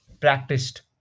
practiced